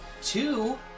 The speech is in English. two